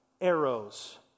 arrows